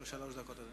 שלוש דקות.